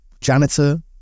janitor